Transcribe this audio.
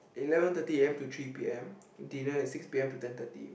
eleven thirty A_M to three P_M dinner is six P_M to ten thirty